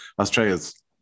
Australia's